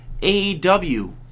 AEW